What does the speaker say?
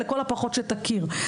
לכל הפחות שתכיר.